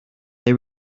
they